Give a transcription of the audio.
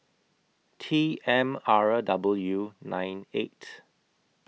T M R W nine eight